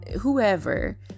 whoever